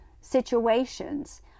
situations